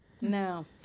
no